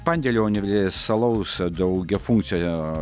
pandėlio universalaus daugiafunkcio